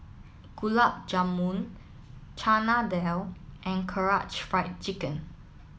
Gulab Jamun Chana Dal and Karaage Fried Chicken